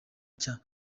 cya